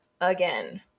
again